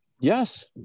yes